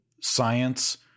science